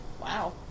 Wow